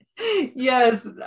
yes